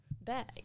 bag